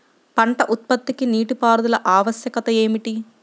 పంట ఉత్పత్తికి నీటిపారుదల ఆవశ్యకత ఏమిటీ?